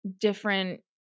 different